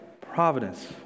providence